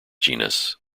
genus